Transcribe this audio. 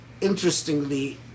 interestingly